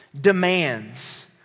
demands